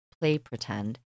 play-pretend